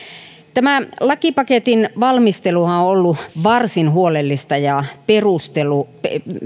tämän lakipaketin valmisteluhan on ollut varsin huolellista ja